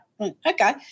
Okay